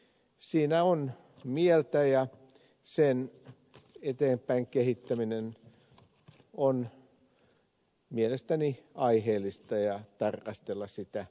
siinä on mieltä ja sen eteenpäin kehittäminen ja tarkastelu on mielestäni aiheellista jatkossa myös